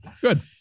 Good